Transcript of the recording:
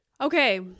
Okay